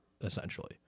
essentially